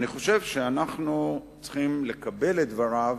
אני חושב שאנחנו צריכים לקבל את דבריו,